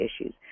issues